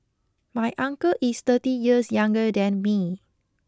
my uncle is thirty years younger than me